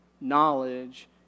knowledge